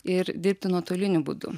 ir dirbti nuotoliniu būdu